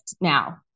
now